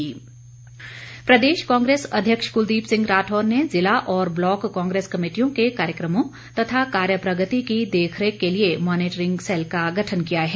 राठौर प्रदेश कांग्रेस अध्यक्ष कुलदीप सिंह राठौर ने ज़िला और ब्लॉक कांग्रेस कमेटियों के कार्यक्रमों तथा कार्य प्रगति की देखरेख के लिए मॉनिटरिंग सैल का गठन किया है